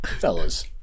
Fellas